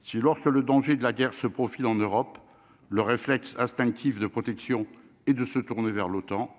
si l'or sur le danger de la guerre se profile en Europe, le réflexe instinctif de protection et de se tourner vers l'OTAN,